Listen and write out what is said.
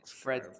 Fred